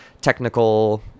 technical